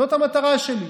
זאת המטרה שלי.